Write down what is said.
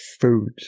food